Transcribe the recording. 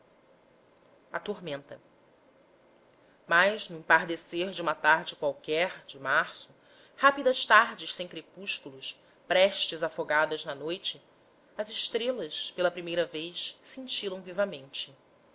a tormenta mas no empardecer de uma tarde qualquer de março rápidas tardes sem crepúsculos prestes afogadas na noite as estrelas pela primeira vez cintilam vivamente